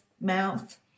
mouth